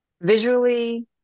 Visually